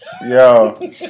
yo